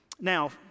Now